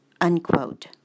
unquote